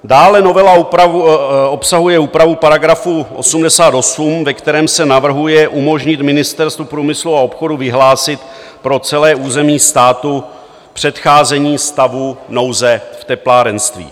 Dále novela obsahuje úpravu § 88, ve kterém se navrhuje umožnit Ministerstvu průmyslu a obchodu vyhlásit pro celé území státu předcházení stavu nouze v teplárenství.